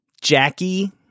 Jackie